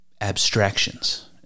abstractions